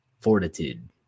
fortitude